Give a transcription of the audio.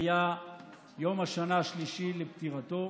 היה יום השנה השלישי לפטירתו.